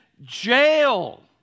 jail